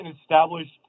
established